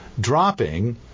dropping